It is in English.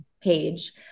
page